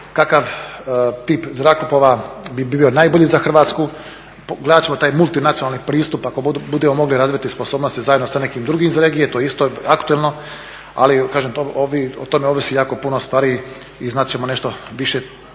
kakav tip zrakoplova bi bio najbolji za Hrvatsku, gledat ćemo taj multinacionalni pristup ako budemo mogli razviti sposobnosti zajedno sa nekim drugim iz regije, to je isto aktualno, ali kažem, o tome ovisi jako puno stvari i znat ćemo nešto više